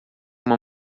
uma